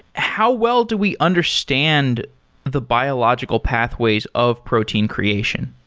how well do we understand the biological pathways of protein creation?